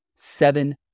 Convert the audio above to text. Seven